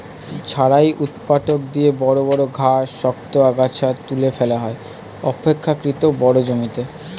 ঝাড়াই ঊৎপাটক দিয়ে বড় বড় ঘাস, শক্ত আগাছা তুলে ফেলা হয় অপেক্ষকৃত বড় জমিতে